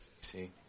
see